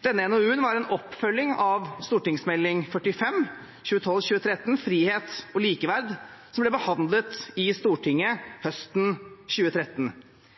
Denne NOU-en var en oppfølging av Meld. St. 45 for 2012–2013, Frihet og likeverd, som ble behandlet i Stortinget høsten 2013.